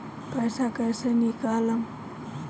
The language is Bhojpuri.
पैसा कैसे निकालम?